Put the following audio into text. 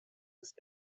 ist